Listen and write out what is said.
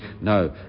no